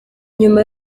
nyuma